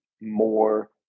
more